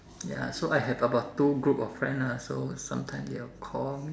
ya so I have about two group of friends ah so sometimes they will call me